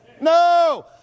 No